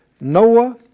Noah